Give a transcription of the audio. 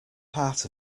part